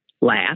laugh